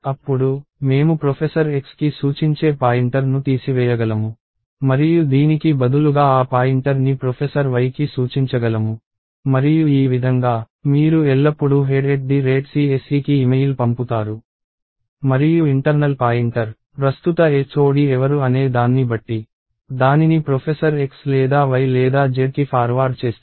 అప్పుడు మేము ప్రొఫెసర్ Xకి సూచించే పాయింటర్ను తీసివేయగలను మరియు దీనికి బదులుగా ఆ పాయింటర్ ని ప్రొఫెసర్ Yకి సూచించగలను మరియు ఈ విధంగా మీరు ఎల్లప్పుడూ headcseకి ఇమెయిల్ పంపుతారు మరియు ఇంటర్నల్ పాయింటర్ ప్రస్తుత HOD ఎవరు అనే దాన్ని బట్టి దానిని ప్రొఫెసర్ X లేదా Y లేదా Zకి ఫార్వార్డ్ చేస్తుంది